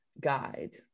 guide